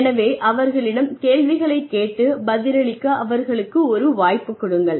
எனவே அவர்களிடம் கேள்விகளைக் கேட்டு பதிலளிக்க அவர்களுக்கு ஒரு வாய்ப்பு கொடுங்கள்